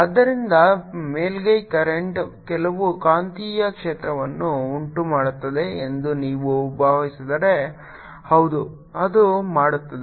ಆದ್ದರಿಂದ ಮೇಲ್ಮೈ ಕರೆಂಟ್ ಕೆಲವು ಕಾಂತೀಯ ಕ್ಷೇತ್ರವನ್ನು ಉಂಟುಮಾಡುತ್ತದೆ ಎಂದು ನೀವು ಭಾವಿಸಿದರೆ ಹೌದು ಅದು ಮಾಡುತ್ತದೆ